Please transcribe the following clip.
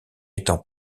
étant